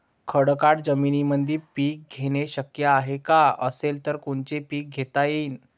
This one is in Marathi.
खडकाळ जमीनीमंदी पिके घेणे शक्य हाये का? असेल तर कोनचे पीक घेता येईन?